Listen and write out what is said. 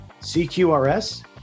CQRS